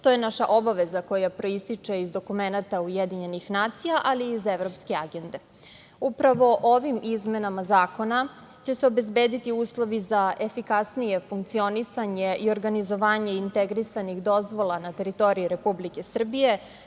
To je naša obaveza koja proističe iz dokumenata Ujedinjenih nacija, ali i iz evropske agende. Upravo ovim izmenama zakona će se obezbediti uslovi za efikasnije funkcionisanje i organizovanje integrisanih dozvola na teritoriji Republike Srbije